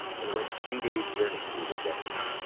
and went three days' journey through the desert.